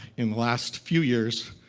in the last few years,